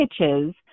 pitches